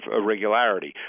irregularity